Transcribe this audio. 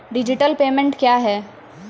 Digital payment क्या हैं?